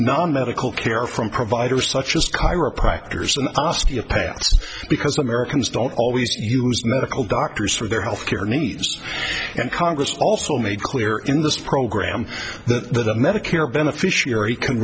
non medical care from providers such as chiropractors an osteopath because americans don't always use medical doctors for their health care needs and congress also made clear in this program that the medicare beneficiary can